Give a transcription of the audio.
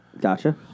Gotcha